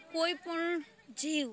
કોઈપણ જીવ